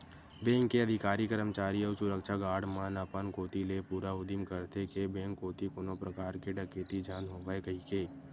bank के अधिकारी, करमचारी अउ सुरक्छा गार्ड मन अपन कोती ले पूरा उदिम करथे के बेंक कोती कोनो परकार के डकेती झन होवय कहिके